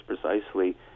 precisely